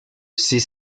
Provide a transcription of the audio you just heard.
ces